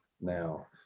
now